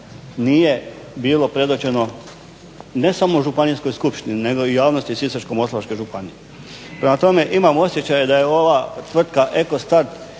nije bilo predbačeno ne samo županijskoj skupštini nego i javnosti Sisačko-moslavačke županije. Prema tome, imam osjećaj da je ova tvrtka EKOSTART